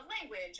language